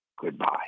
goodbye